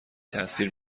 تاثیر